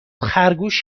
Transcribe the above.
خرگوش